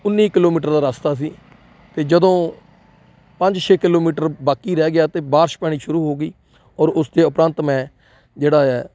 ਉੱਨੀ ਕਿਲੋਮੀਟਰ ਦਾ ਰਸਤਾ ਸੀ ਅਤੇ ਜਦੋਂ ਪੰਜ ਛੇ ਕਿਲੋਮੀਟਰ ਬਾਕੀ ਰਹਿ ਗਿਆ ਅਤੇ ਬਾਰਿਸ਼ ਪੈਣੀ ਸ਼ੁਰੂ ਹੋ ਗਈ ਔਰ ਉਸ ਤੋਂ ਉਪਰੰਤ ਮੈਂ ਜਿਹੜਾ ਹੈ